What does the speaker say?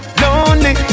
lonely